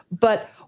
But-